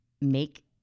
make